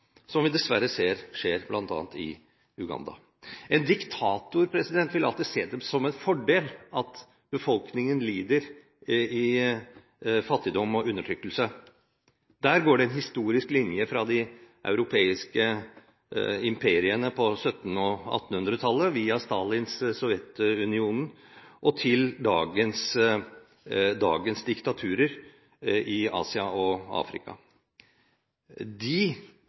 som vi dessverre ser skjer bl.a. i Uganda. En diktator vil alltid se det som en fordel at befolkningen lider i fattigdom og undertrykkelse. Der går det en historisk linje fra de europeiske imperiene på 1700- og 1800-tallet, via Stalins Sovjetunionen, til dagens diktaturer i Asia og Afrika. De